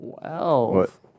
Twelve